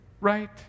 right